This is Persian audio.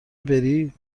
بری